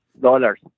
dollars